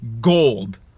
gold